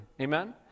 Amen